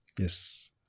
Yes